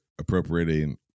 appropriating